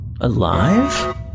Alive